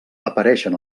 apareixen